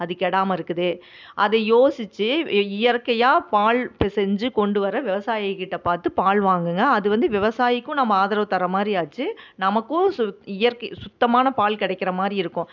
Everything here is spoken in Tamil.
அது கெடாமல் இருக்குது அது யோசித்து இ இயற்கையாக பால் பெசஞ்சு கொண்டு வர விவசாயிக்கிட்ட பார்த்து பால் வாங்குங்க அது வந்து விவசாயிக்கும் நம்ம ஆதரவு தர மாதிரி ஆச்சு நமக்கும் சு இயற்கை சுத்தமான பால் கிடைக்கிற மாதிரி இருக்கும்